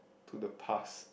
to the past